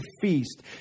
feast